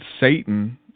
Satan